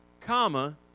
comma